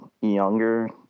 younger